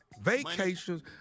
vacations